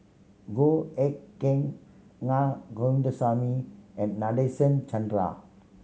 Goh Eck Kheng Na Govindasamy and Nadasen Chandra